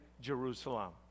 Jerusalem